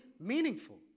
meaningful